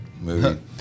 movie